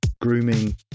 grooming